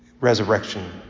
Resurrection